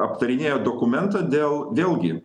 aptarinėja dokumentą dėl dėl gi